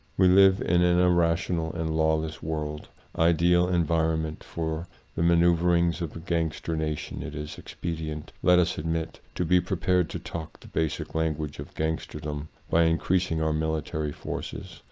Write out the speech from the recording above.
we live in an irrational and lawless world ideal environment for the maneuverings of a gangster nation it is expedient, let us admit, to be prepared to talk the basic language of gangsterdom by increas ing our military forces.